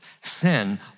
Sin